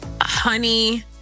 honey